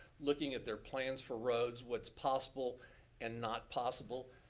looking at their plans for roads, what's possible and not possible,